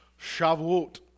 Shavuot